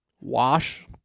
wash